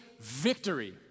victory